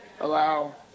allow